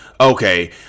Okay